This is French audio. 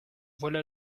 voilà